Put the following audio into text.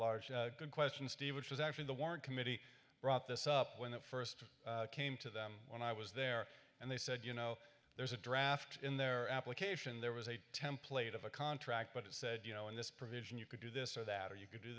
large good question steve which was actually the warren committee brought this up when it first came to them when i was there and they said you know there's a draft in their application there was a template of a contract but it said you know in this provision you could do this or that or you could do